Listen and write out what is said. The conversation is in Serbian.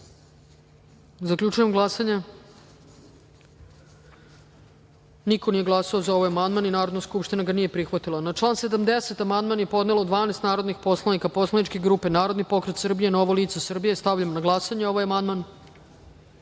da niko nije glasao za ovaj amandman i Narodna skupština ga nije prihvatila. Na član 81. amandman je podnelo 12 narodnih poslanika poslaničke grupe Narodni pokret Srbije – Novo lice Srbije. Stavljam na glasanje ovaj